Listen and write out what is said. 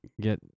get